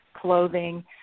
clothing